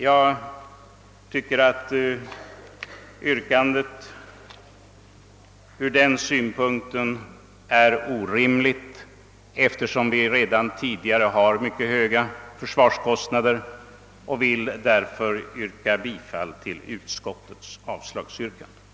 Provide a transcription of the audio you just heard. Jag tycker att yrkandet i de aktuella motionerna ur denna synpunkt är orimligt — vi har ju redan tidigare mycket höga försvarskostnader. Jag hemställer om bifall till utskottsmajoritetens hemställan, innebärande avslag på motionerna.